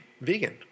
vegan